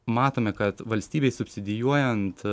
matome kad valstybei subsidijuojant